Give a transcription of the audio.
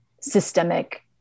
systemic